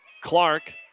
Clark